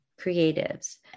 creatives